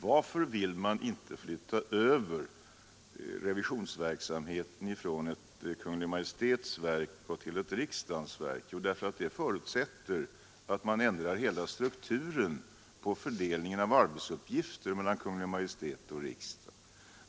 Varför vill man inte flytta över revisionsverksamheten från ett Kungl. Maj:ts verk till ett riksdagens verk? Jo, därför att det förutsätter en ändring av hela strukturen på fördelningen av arbetsuppgifter mellan Kungl. Maj:t och riksdagen.